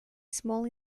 small